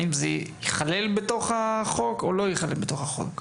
האם זה ייכלל בתוך החוק או לא ייכלל בתוך החוק?